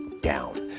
down